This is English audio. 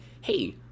hey